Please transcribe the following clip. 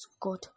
God